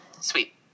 Sweet